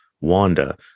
Wanda